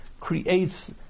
creates